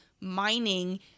mining